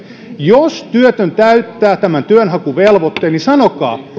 jos työtön täyttää tämän työnhakuvelvoitteen